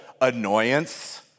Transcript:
annoyance